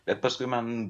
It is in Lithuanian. bet paskui man